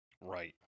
right